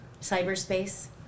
cyberspace